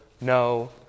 no